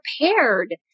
prepared